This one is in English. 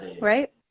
right